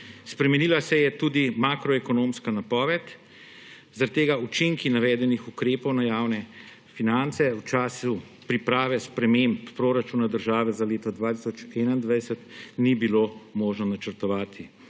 Spremenila se je tudi makroekonomska napoved, zaradi tega učinkov navedenih ukrepov na javne finance v času priprave sprememb proračuna države za leto 2021 ni bilo možno načrtovati.